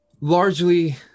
Largely